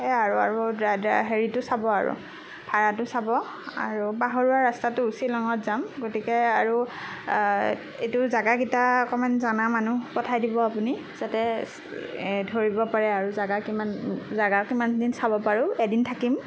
সেইয়া আৰু আৰু ড্ৰাই ডাই হেৰিটো চাব আৰু ভাড়াটো চাব আৰু পাহাৰীয়া ৰাস্তাতো শ্বিলঙত যাম গতিকে আৰু এইটোৰ জেগাকিটা অকণমান জনা মানুহ পঠাই দিব আপুনি যাতে এ ধৰিব পাৰে আৰু জেগা কিমান জেগা কিমানদিন চাব পাৰোঁ এদিন থাকিম